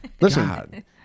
Listen